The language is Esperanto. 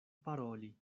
paroli